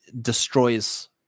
destroys